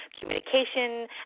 communication